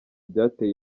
byateye